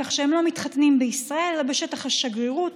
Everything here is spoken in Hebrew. כך שהם לא מתחתנים בישראל אלא בשטח השגרירות,